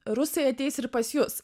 rusai ateis ir pas jus